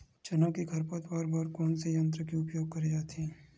चना के खरपतवार बर कोन से यंत्र के उपयोग करे जाथे?